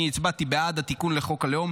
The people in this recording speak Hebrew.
אני הצבעתי בעד התיקון לחוק הלאום,